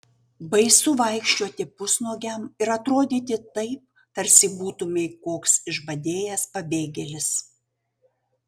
baisu vaikščioti pusnuogiam ir atrodyti taip tarsi būtumei koks išbadėjęs pabėgėlis